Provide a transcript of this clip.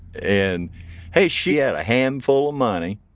and hey, she had a handful of money.